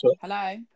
hello